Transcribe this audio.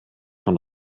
von